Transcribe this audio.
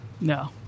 No